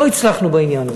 לא הצלחנו בעניין הזה.